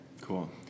Cool